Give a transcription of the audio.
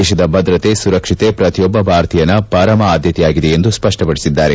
ದೇಶದ ಭದ್ರತೆ ಸುರಕ್ಷತೆ ಪ್ರತಿಯೊಬ್ಬ ಭಾರತೀಯನ ಪರಮ ಆದ್ಯತೆಯಾಗಿದೆ ಎಂದು ಸ್ಪಷ್ಟಪಡಿಸಿದ್ದಾರೆ